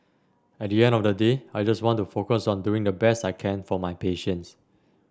at the end of the day I just want to focus on doing the best I can for my patients